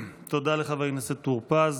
תודה לחבר הכנסת טור פז.